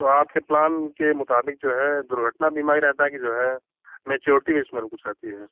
तो आपके प्लान के मुताबिक जो है दुर्घटना बीमा ही रहता है कि जो है मैच्युरिटी भी इसमें कुछ रहती है